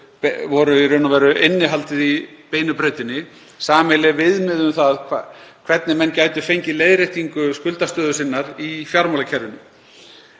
voru í raun og veru innihaldið í Beinu brautinni, sameiginleg viðmið um það hvernig menn gætu fengið leiðréttingu skuldastöðu sinnar í fjármálakerfinu.